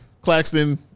Claxton